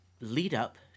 lead-up